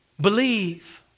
Believe